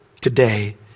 Today